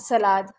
salad